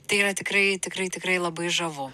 tai yra tikrai tikrai tikrai labai žavu